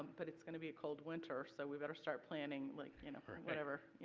but it is going to be a cold winter so we better start planning like you know for whatever.